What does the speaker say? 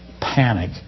panic